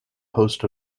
host